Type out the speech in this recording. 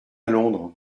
londres